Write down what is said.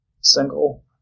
single